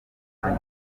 kandi